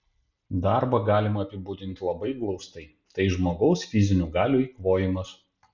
darbą galima apibūdinti labai glaustai tai žmogaus fizinių galių eikvojimas